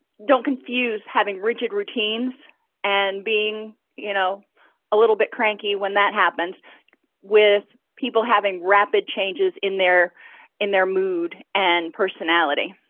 don't confuse having rigid routines and being you know a little bit cranky when that happens with people having rapid changes in their in their mood and personality